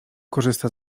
korzysta